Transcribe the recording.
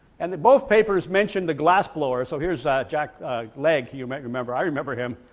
and the both papers mentioned the glassblower, so here's jack leg you might remember, i remember him,